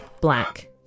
Black